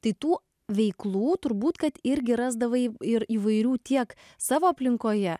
tai tų veiklų turbūt kad irgi rasdavai ir įvairių tiek savo aplinkoje